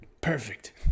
perfect